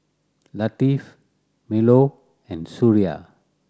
Latif Melur and Suria